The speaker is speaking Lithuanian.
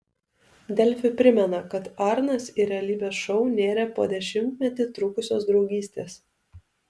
delfi primena kad arnas į realybės šou nėrė po dešimtmetį trukusios draugystės